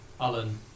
Alan